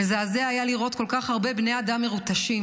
מזעזע היה לראות כל כך הרבה בני אדם מרוטשים.